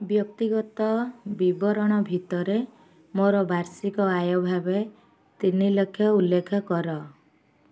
ବ୍ୟକ୍ତିଗତ ବିବରଣୀ ଭିତରେ ମୋର ବାର୍ଷିକ ଆୟ ଭାବେ ତିନି ଲକ୍ଷ ଉଲ୍ଲେଖ କର